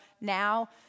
Now